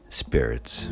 spirits